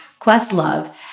Questlove